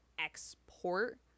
export